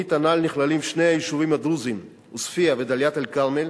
בתוכנית הנ"ל נכללים שני היישובים הדרוזיים עוספיא ודאלית-אל-כרמל,